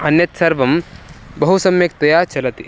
अन्यत् सर्वं बहु सम्यक्तया चलति